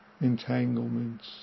entanglements